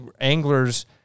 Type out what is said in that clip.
anglers